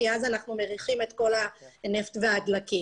אז אנחנו מריחים את כל הנפט והדלקים.